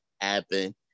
happen